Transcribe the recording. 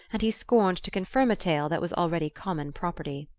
and he scorned to confirm a tale that was already common property.